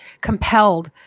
compelled